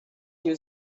you